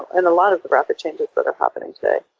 and a lot of the rapid changes that are happening today.